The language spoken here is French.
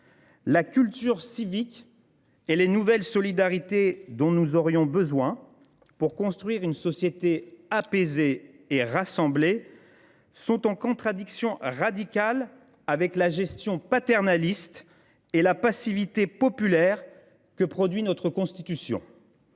La culture civique et les nouvelles solidarités dont nous aurions besoin pour construire une société apaisée et rassemblée sont en contradiction radicale avec la gestion paternaliste et la passivité populaire que produit notre Constitution.